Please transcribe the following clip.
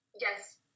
Yes